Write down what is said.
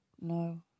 No